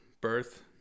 birth